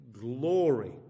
glory